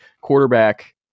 quarterback